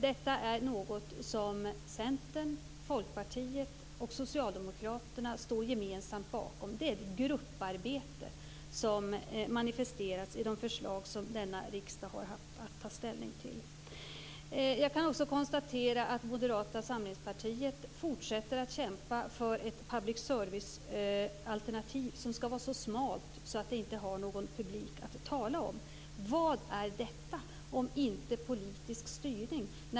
Det är något som Centern, Folkpartiet och Socialdemokraterna gemensamt står bakom. Det är ett grupparbete, som manifesteras i de förslag som denna riksdag har haft att ta ställning till. Jag kan också konstatera att Moderata samlingspartiet fortsätter att kämpa för ett public servicealternativ som skall vara så smalt att det inte har någon publik att tala om. Vad är detta om inte politisk styrning?